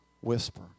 whisper